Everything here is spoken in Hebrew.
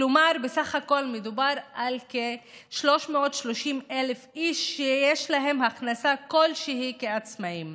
כלומר בסך הכול מדובר על כ-330,000 איש שיש להם הכנסה כלשהי כעצמאים.